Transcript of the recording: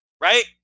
Right